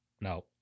No